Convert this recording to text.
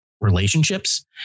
relationships